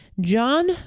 john